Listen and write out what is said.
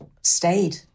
stayed